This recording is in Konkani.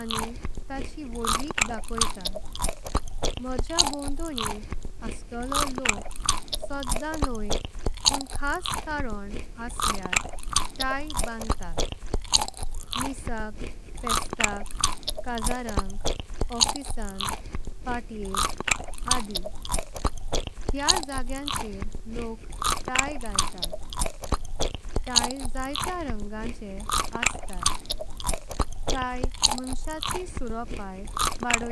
आनी ताची व्होडविक ढकोइता म्होझेआ बावथोन्नि। असलो लोक सोडम नहय पण खास कारण आँथांर। तिए बांदतात मिसाक, फेस्टाक, काजारांक। ऑफीस आँ पार्टीएक आदी हेआ जागेआँचेर। लोक तिए घालतात तिए जायतें रंगाचे। आस्तात तिए मोनशाची सुओरोपाईं व्हाडोइता।